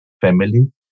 family